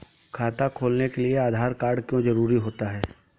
खाता खोलने के लिए आधार कार्ड क्यो जरूरी होता है?